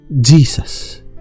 Jesus